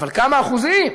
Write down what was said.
אבל כמה אחוזים?